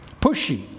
pushy